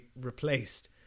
replaced